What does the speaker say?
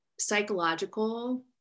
psychological